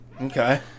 Okay